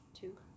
Two